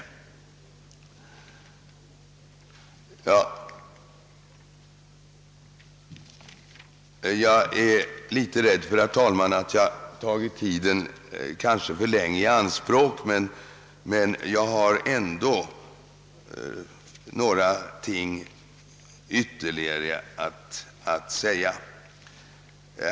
Herr talman! Jag är litet rädd för att jag tagit tiden för länge i anspråk, men jag har ändå några saker ytterligare att säga.